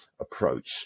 approach